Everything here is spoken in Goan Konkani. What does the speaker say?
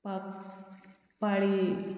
पाक पाळये